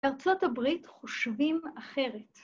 ארצות הברית חושבים אחרת.